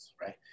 right